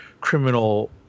criminal